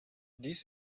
dies